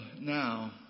now